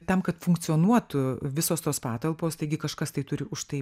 tam kad funkcionuotų visos tos patalpos taigi kažkas tai turi už tai